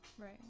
Right